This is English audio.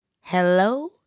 Hello